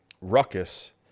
Ruckus